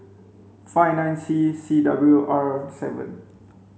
five nine C C W R seven